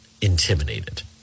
intimidated